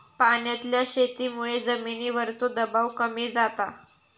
पाण्यातल्या शेतीमुळे जमिनीवरचो दबाव कमी जाता